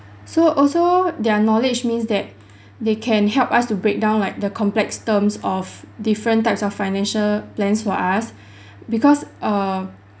so also their knowledge means that they can help us to break down like the complex terms of different types of financial plans for us because err